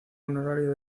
honorario